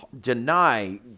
deny